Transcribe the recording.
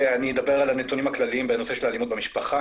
אני אדבר על הנתונים הכלליים בנושא של אלימות במשפחה.